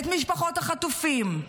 את משפחות החטופים,